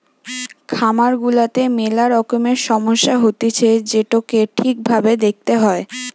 খামার গুলাতে মেলা রকমের সমস্যা হতিছে যেটোকে ঠিক ভাবে দেখতে হয়